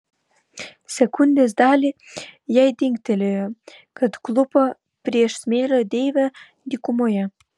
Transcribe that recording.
sekundės dalį jai dingtelėjo kad klūpo prieš smėlio deivę dykumoje